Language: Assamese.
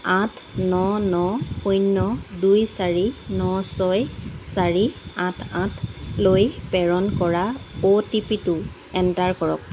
আঠ ন ন শূন্য দুই চাৰি ন ছয় চাৰি আঠ আঠলৈ প্ৰেৰণ কৰা অ' টি পিটো এণ্টাৰ কৰক